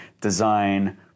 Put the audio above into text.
design